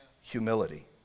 humility